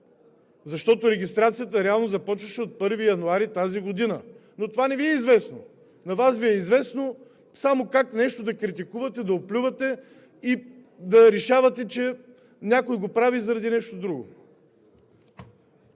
Защото регистрацията реално започваше от 1 януари тази година. Но това не Ви е известно. На Вас Ви е известно само как нещо да критикувате, да оплюете и да решавате, че някой го прави заради нещо друго.